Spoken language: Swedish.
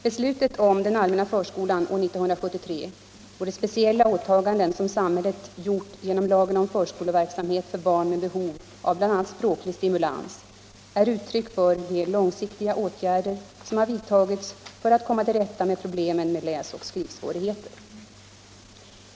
Beslutet år 1973 om den allmänna förskolan och de speciella åtaganden som samhället gjort genom lagen om förskoleverksamhet för barn med behov av bl.a. språklig stimulans är uttryck för de långsiktiga åtgärder som har vidtagits för att komma till rätta med läsoch skrivsvårigheter.